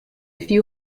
few